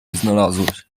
znalazłeś